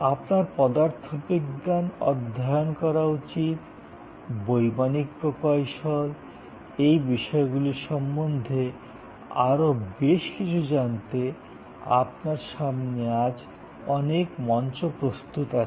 আপনার পদার্থবিজ্ঞান অধ্যয়ন করা উচিত না বৈমানিক প্রকৌশল এই বিষয়গুলির সম্বন্ধে আরও বেশি কিছু জানতে আপনার সামনে আজ অনেক মঞ্চ প্রস্তুত আছে